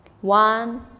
one